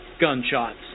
gunshots